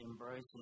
embracing